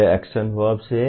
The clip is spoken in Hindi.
ये एक्शन वर्ब्स हैं